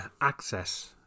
access